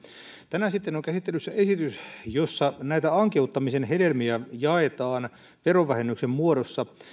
tänään sitten on käsittelyssä esitys jossa näitä ankeuttamisen hedelmiä jaetaan verovähennyksen muodossa